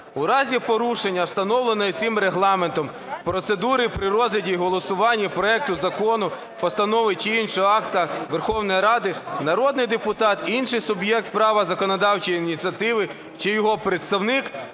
"У разі порушення встановленої цим Регламентом процедури при розгляді й голосуванні проекту закону, постанови, іншого акта Верховної Ради народний депутат, інший суб'єкт права законодавчої ініціативи чи його представник